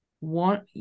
want